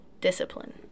discipline